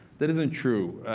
that isn't true.